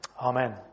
amen